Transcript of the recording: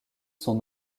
sont